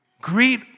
Greet